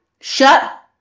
Shut